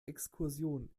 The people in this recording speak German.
exkursion